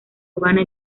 urbana